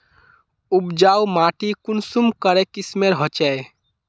उपजाऊ माटी कुंसम करे किस्मेर होचए?